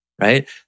Right